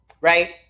right